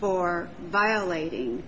for violating